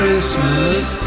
Christmas